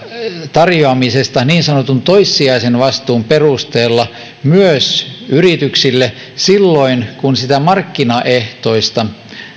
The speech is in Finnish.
tarjoamisesta niin sanotun toissijaisen vastuun perusteella myös yrityksille silloin kun markkinaehtoista